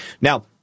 Now